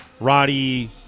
Roddy